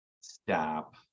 Stop